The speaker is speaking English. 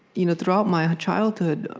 you know throughout my ah childhood,